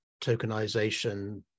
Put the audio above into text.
tokenization